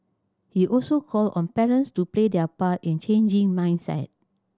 he also called on parents to play their part in changing mindset